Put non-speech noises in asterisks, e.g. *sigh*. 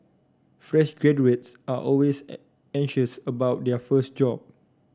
fresh graduates are always *unintelligible* anxious about their first job